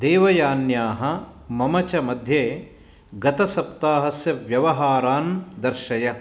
देवयान्याः मम च मध्ये गतसप्ताहस्य व्यवहारान् दर्शय